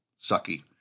sucky